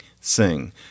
sing